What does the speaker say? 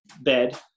bed